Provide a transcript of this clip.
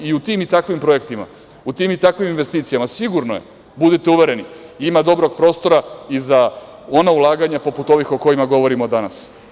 U tim i takvim projektima, u tim i takvim investicijama sigurno je, budite uvereni, ima dobrog prostora i za ona ulaganja poput onih o kojima govorimo danas.